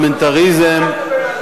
היו שני חברי ליכוד לפחות, אתה ועוד אחד.